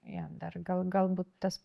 jo dar gal galbūt tas